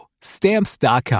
Stamps.com